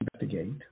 investigate